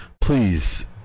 please